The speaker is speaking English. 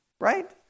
Right